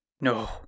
No